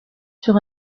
sur